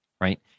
right